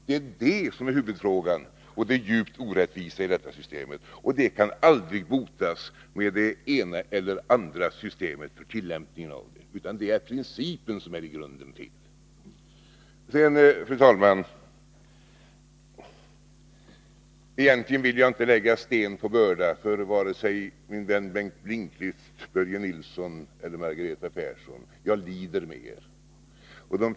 Det är det som är huvudfrågan och det djupt orättvisa i detta system, och det kan aldrig korrigeras med det ena eller andra systemet för tillämpningen. Det är principen som är i grunden felaktig. Fru talman! Egentligen vill jag inte lägga sten på börda för vare sig min vän Bengt Lindqvist, Börje Nilsson eller Margareta Persson. Jag lider med er.